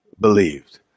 believed